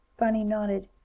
bunny nodded.